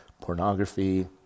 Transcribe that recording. pornography